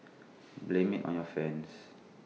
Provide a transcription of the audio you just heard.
blame IT on your friends